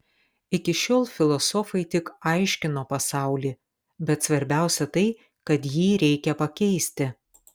iki šiol filosofai tik aiškino pasaulį bet svarbiausia tai kad jį reikia pakeisti